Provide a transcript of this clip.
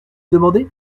demandé